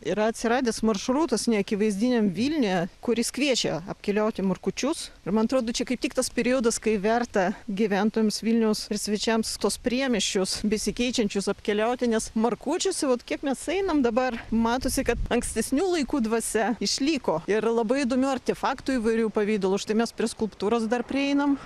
yra atsiradęs maršrutas neakivaizdiniam vilniuje kuris kviečia apkeliauti markučius ir man atrodo čia kaip tik tas periodas kai verta gyventojams vilniaus ir svečiams tuos priemiesčius besikeičiančius apkeliauti nes markučiuose vat kiek mes einam dabar matosi kad ankstesnių laikų dvasia išliko ir labai įdomių artefaktų įvairių pavidalu štai mes prie skulptūros dar prieinam